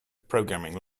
programming